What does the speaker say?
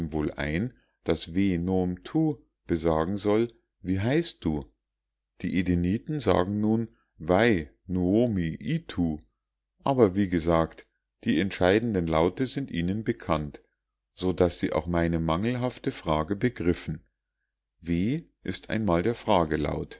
wohl ein daß we nom tu besagen soll wie heißt du die edeniten sagen nun wai nuomi itu aber wie gesagt die entscheidenden laute sind ihnen bekannt so daß sie auch meine mangelhafte frage begriffen w ist einmal der